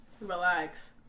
relax